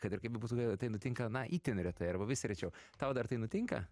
kad ir kaip bebūtų gaila tai nutinka na itin retai arba vis rečiau tau dar tai nutinka